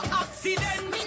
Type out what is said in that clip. accident